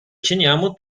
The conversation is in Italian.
ceniamo